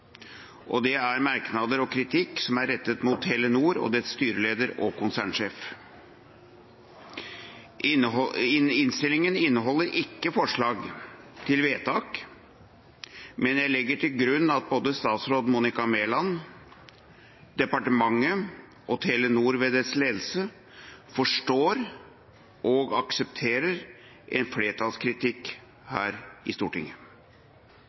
og det er merknader og kritikk som er rettet mot Telenor og dets styreleder og konsernsjef. Innstillinga inneholder ikke forslag til vedtak, men jeg legger til grunn at både statsråd Monica Mæland, departementet og Telenor ved dets ledelse forstår og aksepterer en flertallskritikk her i Stortinget.